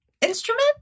Instrument